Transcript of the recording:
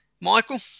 Michael